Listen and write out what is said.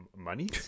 Money